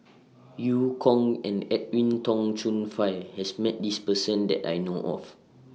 EU Kong and Edwin Tong Chun Fai has Met This Person that I know of